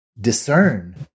discern